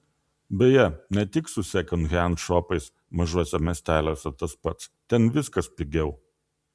beje ne tik su sekondhend šopais mažuose miesteliuose tas pats ten viskas pigiau